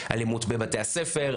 אלימות בבתי הספר,